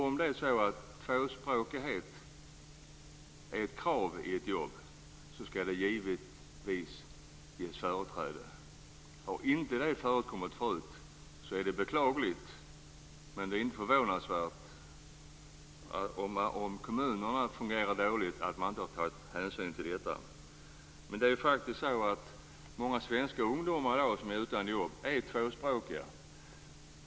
Om det är så att tvåspråkighet är ett krav i ett jobb, skall det givetvis ge företräde. Om det inte har förekommit tidigare är det beklagligt. Men om kommunerna fungerar dåligt är det inte förvånansvärt att man inte har tagit hänsyn till detta. Det är faktiskt så att många svenska ungdomar i dag som är utan jobb är tvåspråkiga.